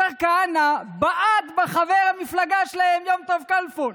השר כהנא בעט בחבר המפלגה שלהם יום טוב כלפון,